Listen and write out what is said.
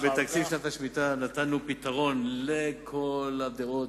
בתקציב שנת השמיטה נתנו פתרון לכל הדעות,